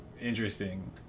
interesting